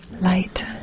light